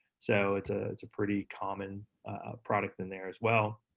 so it's it's a pretty common product in there as well.